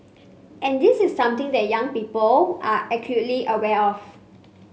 and this is something that young people are acutely aware of